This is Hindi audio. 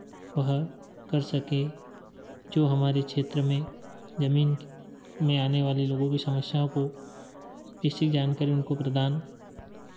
वह कर सके जो हमारे क्षेत्र में ज़मीन में आने वाले लोगों की समस्याओं को बेसिक जानकारी उनको प्रदान